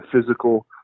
physical